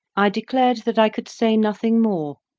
i declared that i could say nothing more,